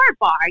bar